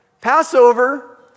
Passover